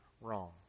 wrong